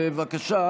בבקשה,